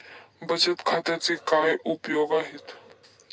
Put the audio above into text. बचत खात्याचे काय काय उपयोग आहेत?